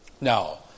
Now